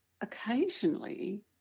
occasionally